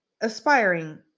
aspiring